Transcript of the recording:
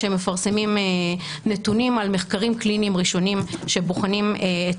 שמפרסמים נתונים על מחקרים קליניים ראשונים שבוחנים את